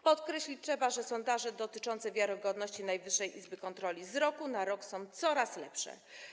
Podkreślić trzeba, że sondaże dotyczące wiarygodności Najwyższej Izby Kontroli z roku na rok są coraz lepsze.